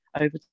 over